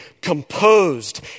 composed